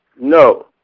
No